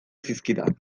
zizkidan